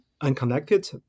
unconnected